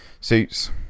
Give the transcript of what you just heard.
Suits